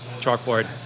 chalkboard